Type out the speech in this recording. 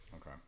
Okay